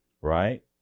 right